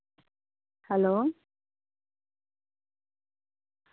hello